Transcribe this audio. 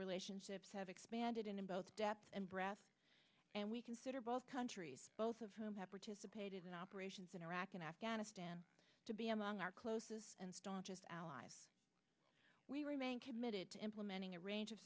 relationships have expanded in both depth and breadth and we consider both countries both of whom have participated in operations in iraq and afghanistan to be among our closest and staunchest allies we remain committed to implementing a range of